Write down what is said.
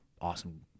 awesome